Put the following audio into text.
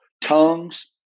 tongues